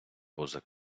поза